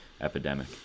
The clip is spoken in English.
epidemic